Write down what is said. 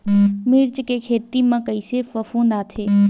मिर्च के खेती म कइसे फफूंद आथे?